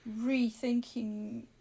rethinking